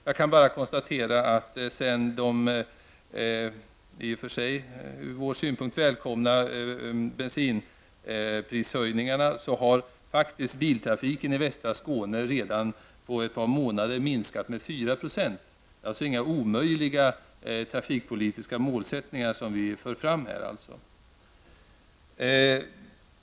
Jag kan bara konstatera att biltrafiken i västra Skåne genom de i och för sig för vår del välkomna bensinprishöjningarna faktiskt redan efter ett par månader har minskat med 4 %. De trafikpolitiska målsättningar som vi här för fram är alltså inte omöjliga.